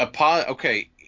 Okay